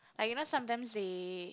like you know sometimes they